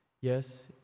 yes